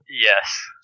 Yes